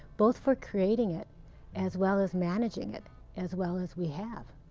both for creating it as well as managing it as well as we have.